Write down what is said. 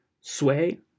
sway